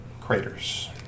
craters